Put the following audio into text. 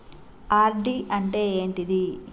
RD అంటే ఏంటిది?